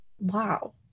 wow